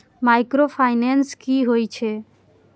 Micro finance कि होई छै?